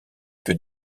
que